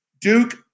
Duke